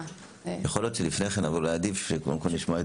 יכול להיות שאולי עדיף שקודם כול נשמע את